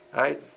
right